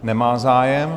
Nemá zájem.